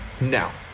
now